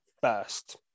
first